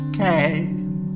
came